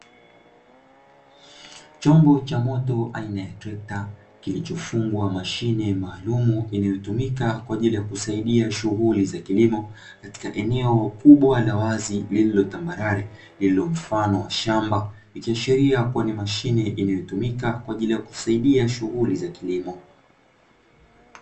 Chombo cha moto aina ya trekta, kilichofungwa mashine maalumu inayotumika kwa ajili ya kusaidia shughuli za kilimo katika eneo kubwa la wazi lililo tambarare lililo mfano wa shamba, ikiashiria ni mashine inayotumika kwa ajili ya kusaidia shughuli za kilimo.